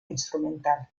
instrumental